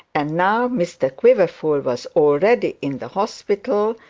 and now mr quiverful was already in the hospital,